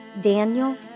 Daniel